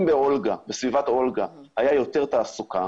אם בסביבת אולגה הייתה יותר תעסוקה,